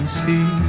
see